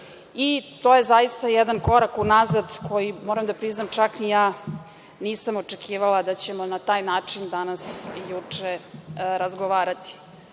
To je zaista jedan korak unazad koji, moram da priznam, čak ni ja nisam očekivala da ćemo na taj način danas i juče razgovarati.O